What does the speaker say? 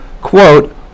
quote